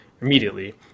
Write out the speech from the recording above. immediately